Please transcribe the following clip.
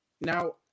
now